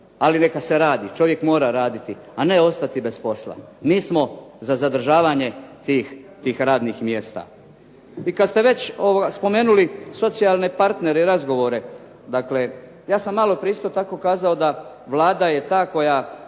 ali neka se radi. Čovjek mora raditi, a ne ostati bez posla. Mi smo za zadržavanje tih radnih mjesta. I kad ste već spomenuli socijalne partnere i razgovore, dakle ja sam malo prije isto tako kazao da Vlada je ta koja